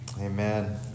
Amen